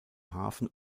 hafen